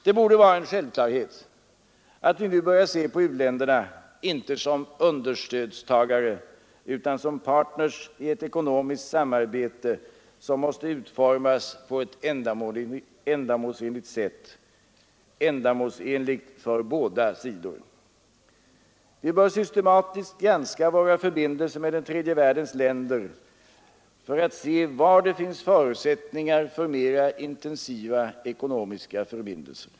Det borde vara en självklarhet att vi nu börjar se på u-länderna inte som understödstagare utan som partner i ett ekonomiskt samarbete, som måste utformas på ett ändamålsenligt sätt — ändamålsenligt för båda sidor. Vi bör systematiskt granska våra förbindelser med den tredje världens länder för att se var det finns förutsättningar för mera intensiva ekonomiska förbindelser.